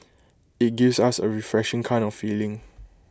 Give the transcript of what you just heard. IT gives us A refreshing kind of feeling